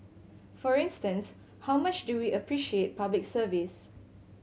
for instance how much do we appreciate Public Service